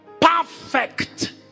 perfect